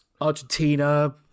Argentina